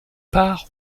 part